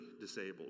disabled